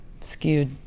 skewed